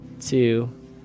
two